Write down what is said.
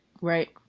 Right